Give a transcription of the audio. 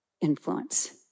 influence